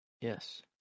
Yes